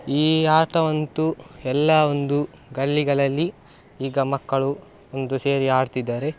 ಈ ಆಟವಂತೂ ಎಲ್ಲ ಒಂದು ಗಲ್ಲಿಗಳಲ್ಲಿ ಈಗ ಮಕ್ಕಳು ಒಂದು ಸೇರಿ ಆಡ್ತಿದ್ದಾರೆ